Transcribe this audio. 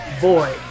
boy